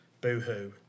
Boo-hoo